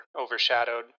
overshadowed